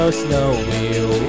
snowy